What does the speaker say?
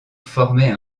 formait